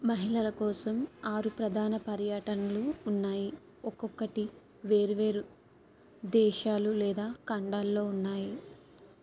మహిళల కోసం ఆరు ప్రధాన పర్యటనలు ఉన్నాయి ఒక్కొక్కటి వేరు వేరు దేశాలు లేదా ఖండాల్లో ఉన్నాయి